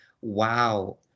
Wow